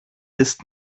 ist